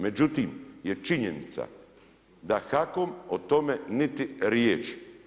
Međutim je činjenica da HAKOM o tome niti riječi.